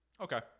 okay